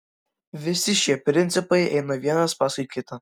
visi šie principai eina vienas paskui kitą